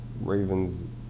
Ravens